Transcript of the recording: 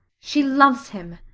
she loves him.